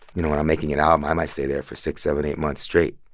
you know, when i'm making an album, i might stay there for six, seven, eight months straight.